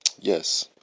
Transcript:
yes